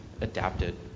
adapted